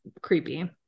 creepy